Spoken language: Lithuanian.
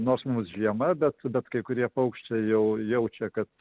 nors mums žiema bet bet kai kurie paukščiai jau jaučia kad